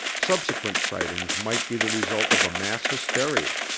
subsequent sightings might be the result of a mass hysteria.